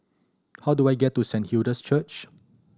how do I get to Saint Hilda's Church